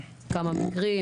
כמה מקרים?